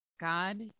God